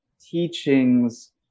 teachings